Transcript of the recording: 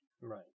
Right